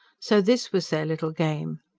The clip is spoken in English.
so this was their little game!